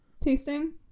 tasting